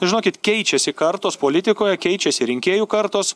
žinokit keičiasi kartos politikoje keičiasi rinkėjų kartos